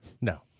No